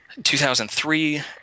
2003